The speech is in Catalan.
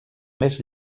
més